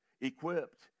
equipped